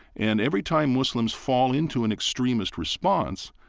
and every time muslims fall into an extremist response,